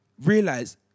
realize